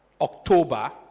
October